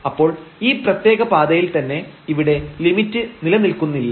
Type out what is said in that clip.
അപ്പോൾ ഈ പ്രത്യേക പാതയിൽ തന്നെ ഇവിടെ ലിമിറ്റ് നിലനിൽക്കുന്നില്ല